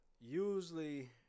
usually